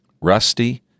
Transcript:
Rusty